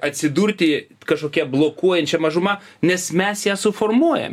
atsidurti kažkokia blokuojančia mažuma nes mes ją suformuojam